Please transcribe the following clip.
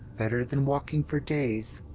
better than walking for days,